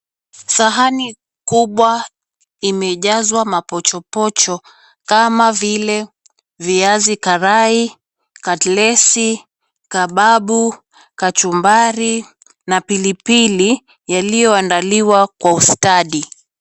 Sahani kubwa imejazwa mapochopocho kama vile viazi karai, katlesi, kababu, kachumbari na pilipili yaliyoandaliwa kwa ustadi.